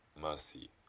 mercy